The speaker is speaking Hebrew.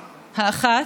הראשונה,